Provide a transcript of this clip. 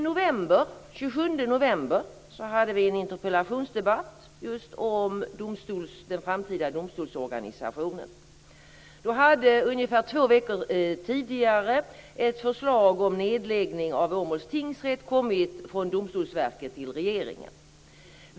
Den 27 november hade vi en interpellationsdebatt om just den framtida domstolsorganisationen. Ungefär två veckor tidigare hade ett förslag om nedläggning av Åmåls tingsrätt kommit från Domstolsverket till regeringen.